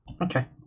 Okay